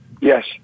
Yes